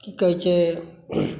की कहै छै